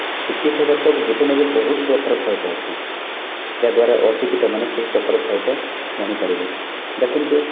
ଶିକ୍ଷିତ ହେବା ତ ଜୀବନରେ ବହୁତ ପ୍ରକାର ଫାଇଦା ଅଛି ଯାହା ଦ୍ଵାରା ଅଶିକ୍ଷିତମାନେ ସେ ପ୍ରକାର ଫାଇଦା ଜାଣି ପାରିବେନାହିଁ ଦେଖନ୍ତୁ